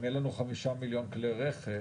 אם יהיו לנו 5 מיליון כלי רכב,